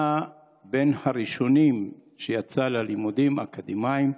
בין הראשונים שיצאו ללימודים אקדמיים,